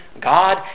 God